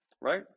Right